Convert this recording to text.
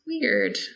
Weird